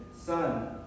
Son